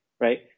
right